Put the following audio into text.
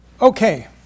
Okay